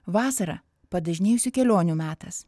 vasara padažnėjusių kelionių metas